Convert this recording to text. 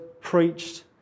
preached